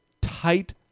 tight